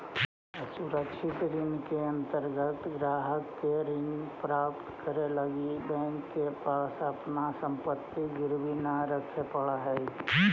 असुरक्षित ऋण के अंतर्गत ग्राहक के ऋण प्राप्त करे लगी बैंक के पास अपन संपत्ति गिरवी न रखे पड़ऽ हइ